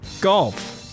Golf